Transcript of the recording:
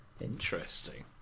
Interesting